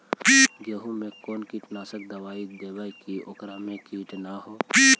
गेहूं में कोन कीटनाशक दबाइ देबै कि ओकरा मे किट न हो?